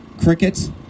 Crickets